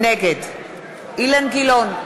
נגד אילן גילאון,